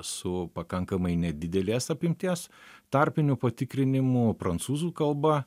su pakankamai nedidelės apimties tarpinių patikrinimų prancūzų kalba